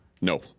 No